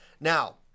Now